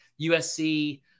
usc